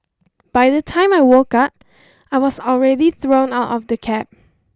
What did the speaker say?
by the time I woke up I was already thrown out of the cab